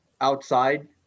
outside